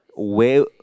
a whale